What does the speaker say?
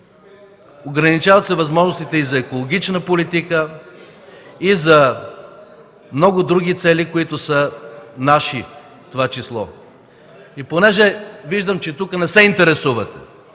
Ограничават се възможностите и за екологична политика и за много други цели, които са наши, в това число. (Шум и реплики от ГЕРБ.) Понеже виждам, че тук не се интересувате